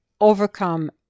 overcome